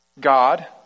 God